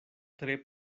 tre